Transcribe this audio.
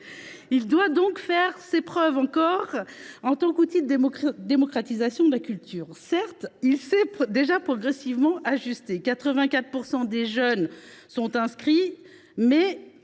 Il doit donc encore faire ses preuves en tant qu’outil de démocratisation de la culture. Certes, il s’est déjà progressivement ajusté. À preuve, 84 % des jeunes sont inscrits ; mais